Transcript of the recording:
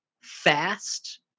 fast